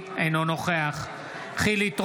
אינו נוכח חילי טרופר,